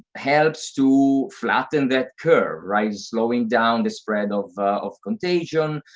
helps to flatten that curve, right, slowing down the spread of of contagion,